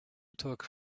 took